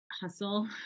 hustle